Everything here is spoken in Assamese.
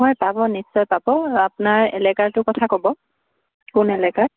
হয় পাব নিশ্চয় পাব আপোনাৰ এলেকাটোৰ কথা ক'ব কোন এলেকাৰ